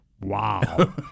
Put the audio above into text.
wow